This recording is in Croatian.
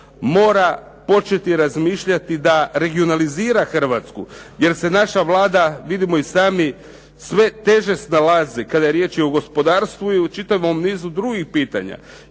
mora početi razmišljati da regionalizira Hrvatsku, jer se naša Vlada vidimo i sami sve teže snalazi kada je riječ i o gospodarstvu i o čitavom nizu drugih pitanja.